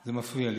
זה מפריע לי.